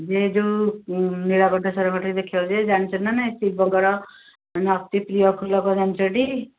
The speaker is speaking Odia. ଇଏ ଯେଉଁ ନୀଳକଣ୍ଠେଶ୍ୱର ପାଖରେ ଦେଖିବଯେ ଜାଣିଛ ନା ନାହିଁ ଶିବଙ୍କର ଅତି ପ୍ରିୟ ଫୁଲ କ'ଣ ଜାଣିଛ ଟି